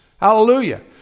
Hallelujah